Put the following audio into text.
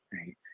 right